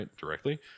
directly